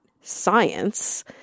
science